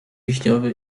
wiśniowy